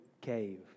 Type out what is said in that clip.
cave